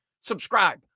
subscribe